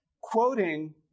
Quoting